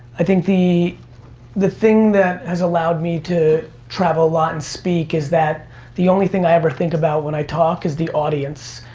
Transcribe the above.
i think the the thing that has allowed me to travel a lot and speak is that the only thing i ever think about when i talk is the audience.